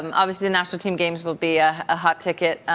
um obviously the national team games will be a a hot ticket.